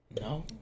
No